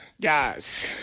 Guys